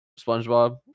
SpongeBob